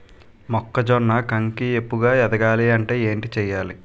మొక్కజొన్న కంకి ఏపుగ ఎదగాలి అంటే ఏంటి చేయాలి?